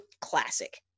classic